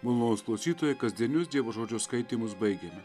malonūs klausytojai kasdienius dievo žodžio skaitymus baigiame